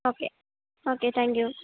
okay okay thank you